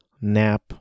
nap